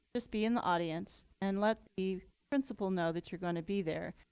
just be in the audience, and let the principal know that you're going to be there.